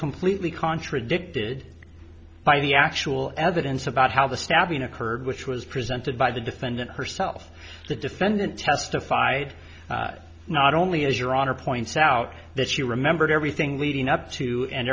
completely contradicted by the actual evidence about how the stabbing occurred which was presented by the defendant herself the defendant testified not only as your honor points out that she remembered everything leading up to and